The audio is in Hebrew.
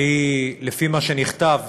שלפי מה שנכתב